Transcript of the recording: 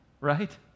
right